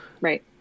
Right